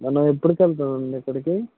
మనం ఎప్పుడుకి వెళ్తామండి అక్కడికి